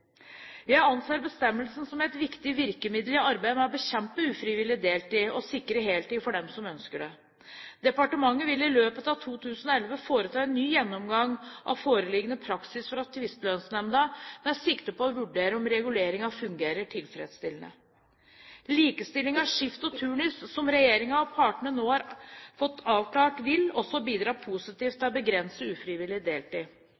Jeg anser bestemmelsen som et viktig virkemiddel i arbeidet med å bekjempe ufrivillig deltid og sikre heltid for dem som ønsker det. Departementet vil i løpet av 2011 foreta en ny gjennomgang av foreliggende praksis fra tvisteløsningsnemnda med sikte på å vurdere om reguleringen fungerer tilfredsstillende. Likestilling av skift og turnus, som regjeringen og partene nå har fått avklart, vil også bidra positivt til å begrense ufrivillig deltid.